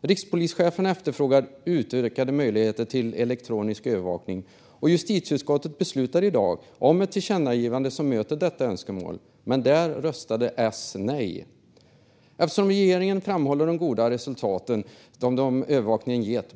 Rikspolischefen efterfrågar utökade möjligheter till elektronisk övervakning. Justitieutskottet beslutade i dag om ett tillkännagivande som möter detta önskemål, men där röstade S nej. Regeringen framhåller de goda resultat som övervakningen gett.